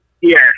Yes